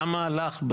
היה מהלך,